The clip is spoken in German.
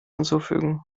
hinzufügen